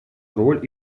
роль